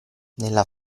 nella